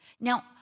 Now